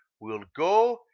we'll go,